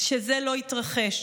זה לא התרחש.